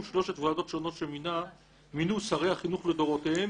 שלוש ועדות שונות שמינו שרי החינוך לדורותיהם